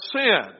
sin